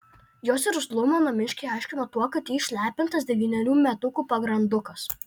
jos irzlumą namiškiai aiškino tuo kad ji išlepintas devynerių metukų pagrandukas